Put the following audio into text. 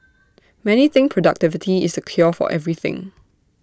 many think productivity is the cure for everything